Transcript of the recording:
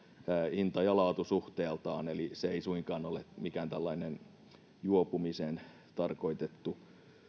hinta laatu suhteeltaan eli se ei suinkaan ole mikään tällainen juopumiseen tarkoitettu